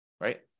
right